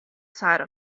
side